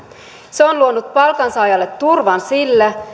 se on luonut palkansaajalle turvan sillä